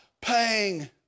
paying